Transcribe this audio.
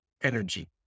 energy